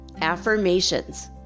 Affirmations